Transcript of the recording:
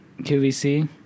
qvc